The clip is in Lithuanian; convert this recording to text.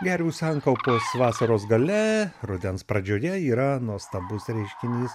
gervių sankaupos vasaros gale rudens pradžioje yra nuostabus reiškinys